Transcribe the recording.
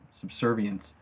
subservience